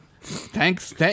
Thanks